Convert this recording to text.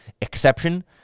exception